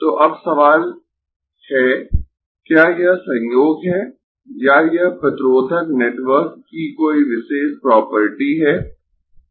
तो अब सवाल है क्या यह संयोग है या यह प्रतिरोधक नेटवर्क की कोई विशेष प्रॉपर्टी है